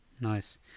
Nice